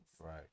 Right